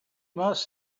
must